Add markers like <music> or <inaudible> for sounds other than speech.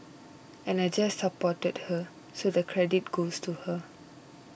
and <noise> I just supported her so the credit goes to her